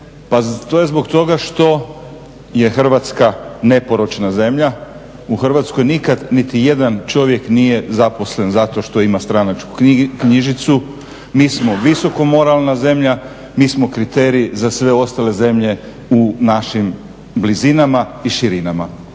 to je zbog toga što je Hrvatska neporočna zemlja. U Hrvatskoj nikad nitijedan čovjek nije zaposlen zato što ima stranačku knjižicu. Mi smo visoko moralna zemlja, mi smo kriterij za sve ostale zemlje u našim blizinama i širinama.